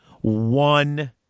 one